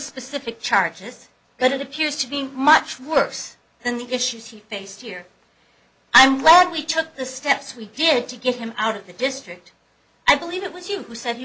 specific charges but it appears to be much worse than the issues he faced here i'm glad we took the steps we did to get him out of the district i believe it was you who said he